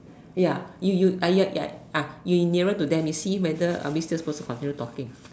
ya you you uh ya ya ah you nearer to them you see weather are we supposed to continue talking